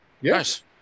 Yes